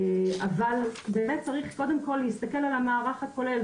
אבל באמת צריך קודם כל להסתכל על המערך הכולל,